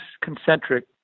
concentric